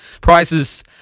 prices